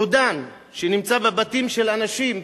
רודן שנמצא בבתים של אנשים כאן,